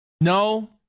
No